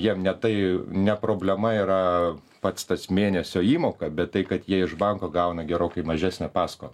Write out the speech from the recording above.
jiem ne tai ne problema yra pats tas mėnesio įmoka bet tai kad jie iš banko gauna gerokai mažesnę paskolą